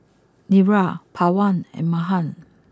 Niraj Pawan and Mahan